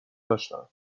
داشتم